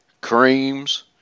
creams